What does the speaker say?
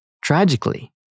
Tragically